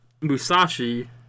Musashi